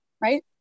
Right